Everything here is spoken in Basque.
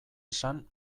esan